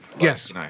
yes